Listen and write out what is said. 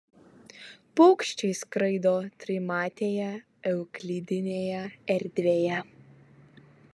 paukščiai skraido trimatėje euklidinėje erdvėje